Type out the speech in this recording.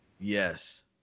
Yes